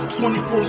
24